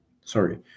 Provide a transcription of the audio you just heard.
Sorry